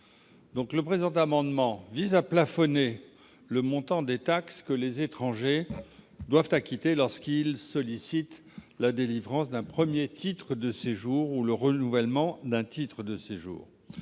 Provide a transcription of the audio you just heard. ! Cet amendement vise à plafonner le montant des taxes que les étrangers doivent acquitter lorsqu'ils sollicitent la délivrance d'un premier titre de séjour ou le renouvellement d'un titre de séjour.